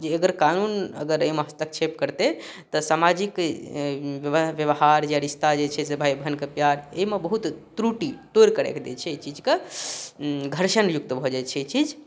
जे अगर कानून अगर अइमे हस्तक्षेप करतै तऽ समाजिक व्यवहार या रिश्ता जे छै से भाय बहनके प्यार अइमे बहुत त्रुटि तोड़िके राखि दै छै अइ चीजके घर्षणयुक्त भऽ जाइ छै ई चीज